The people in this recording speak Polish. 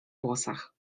włosach